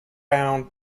bound